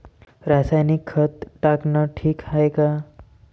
रासायनिक खत टाकनं ठीक हाये का?